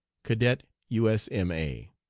cadet u s m a